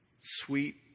sweet